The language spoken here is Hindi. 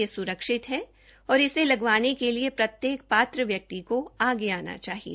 यह सुरक्षित है और इसे लगवानें के लिए प्रत्येक पात्र व्यक्ति को आगे आना चाहिए